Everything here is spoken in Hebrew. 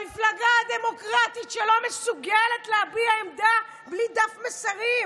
במפלגה הדמוקרטית שלא מסוגלת להביע עמדה בלי דף מסרים,